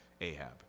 Ahab